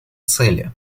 цели